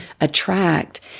attract